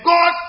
God